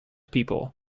people